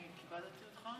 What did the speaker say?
כנסת נכבדה,